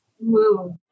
move